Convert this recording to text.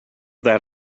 that